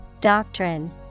Doctrine